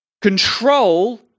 Control